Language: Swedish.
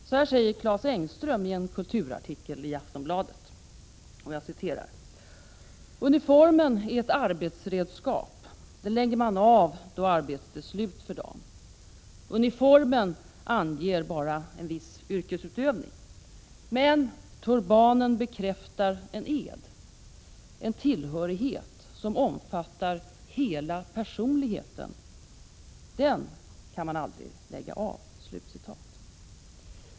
Så här säger Claes Engström i en kulturartikeli Aftonbladet: Uniformen är ett arbetsredskap. Den lägger man av då arbetet är slut för dagen. Uniformen anger bara en viss yrkesutövning. Men turbanen bekräftar en ed, en tillhörighet som omfattar hela personligheten. Den kan man aldrig lägga av.